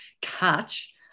catch